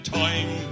time